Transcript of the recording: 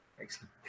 excellent